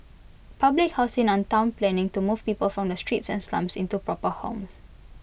public housing and Town planning to move people from the streets and slums into proper homes